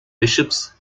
bishops